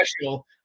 special